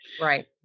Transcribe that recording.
right